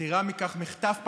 ויתרה מכך: מחטף פחדני.